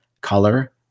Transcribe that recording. color